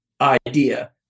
idea